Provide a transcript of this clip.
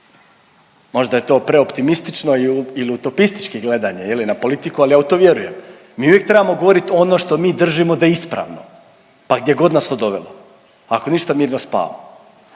možda je to preoptimistično ili utopistički gledanje je li na politiku ali ja u to vjerujem. Mi uvijek trebamo govorit ono što mi držimo da je ispravno pa gdje god nas to dovelo, ako ništa mirno spavamo.